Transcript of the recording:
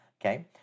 okay